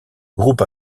groupe